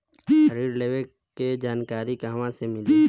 ऋण लेवे के जानकारी कहवा से मिली?